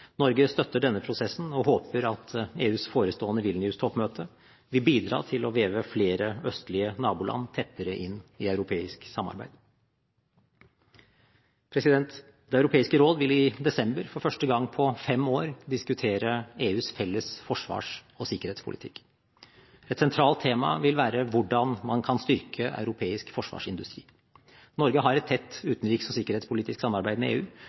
Norge støtter denne prosessen og håper at EUs forestående Vilnius-toppmøte vil bidra til å veve flere østlige naboland tettere inn i europeisk samarbeid. Det europeiske råd vil i desember for første gang på fem år diskutere EUs felles forsvars- og sikkerhetspolitikk. Et sentralt tema vil være hvordan man kan styrke europeisk forsvarsindustri. Norge har et tett utenriks- og sikkerhetspolitisk samarbeid med EU